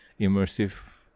immersive